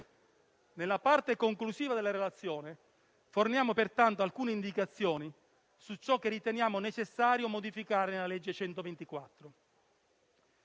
Nella parte conclusiva della relazione forniamo pertanto alcune indicazioni su ciò che riteniamo necessario modificare nella legge 124.